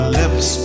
lips